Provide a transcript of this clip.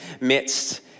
midst